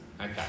Okay